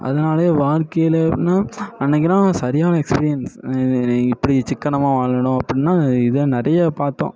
அதனாலே வாழ்க்கையில எப்படினா அன்றைக்கிலாம் சரியான எக்ஸ்பீரியன்ஸ் இப்படி சிக்கனமாக வாழணும் அப்படினா இதை நிறைய பார்த்தோம்